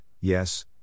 Yes